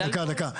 דקה, דקה.